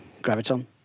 Graviton